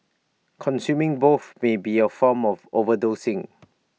consuming both may be A form of overdosing